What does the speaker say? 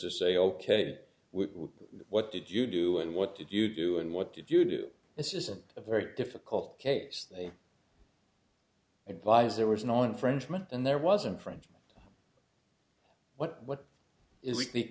to say ok what did you do and what did you do and what did you do this isn't a very difficult case they advise there was no infringement and there wasn't friendship what what